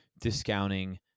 discounting